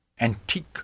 Antique